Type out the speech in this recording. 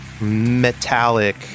metallic